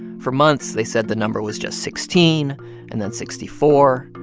for months, they said the number was just sixteen and then sixty four.